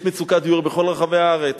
יש מצוקת דיור בכל רחבי הארץ.